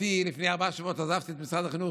לפני ארבעה שבועות עזבתי את משרד החינוך,